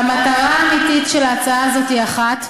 המטרה האמיתית של ההצעה הזו היא אחת,